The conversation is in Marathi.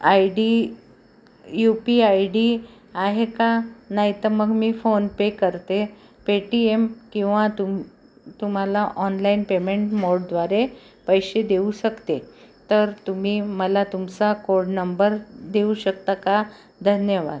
I D U P I D आहे का नाहीतर मग मी फोन पे करते पे टी एम किंवा तुम तुम्हाला ऑनलाईन पेमेंट मोडद्वारे पैसे देऊ शकते तर तुम्ही मला तुमचा कोड नंबर देऊ शकता का धन्यवाद